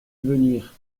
venir